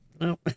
No